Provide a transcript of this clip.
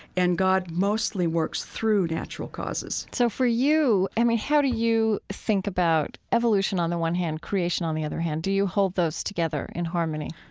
and god mostly works through natural causes so for you, i mean, how do you think about evolution on the one hand, creation on the other hand? do you hold those together in harmony?